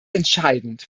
entscheidend